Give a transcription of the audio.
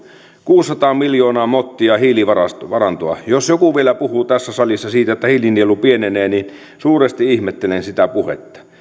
kuusisataa miljoonaa mottia hiilivarantoa ja jos joku vielä puhuu tässä salissa siitä että hiilinielu pienenee niin suuresti ihmettelen sitä puhetta